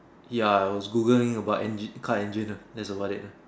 ya I was Googling about engine car engine lah that's about it ah